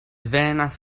venas